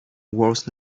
worse